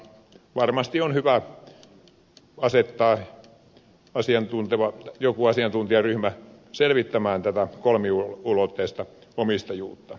varmasti on hyvä asettaa joku asiantuntijaryhmä selvittämään tätä kolmiulotteista omistajuutta